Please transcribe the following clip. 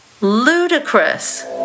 ludicrous